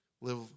Live